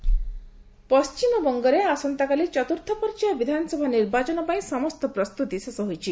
election ପଣ୍ଟିମବଙ୍ଗରେ ଆସନ୍ତାକାଲି ଚତୁର୍ଥ ପର୍ଯ୍ୟାୟ ବିଧାନସଭା ନିର୍ବାଚନ ପାଇଁ ସମସ୍ତ ପ୍ରସ୍ତୁତି ଶେଷ ହୋଇଛି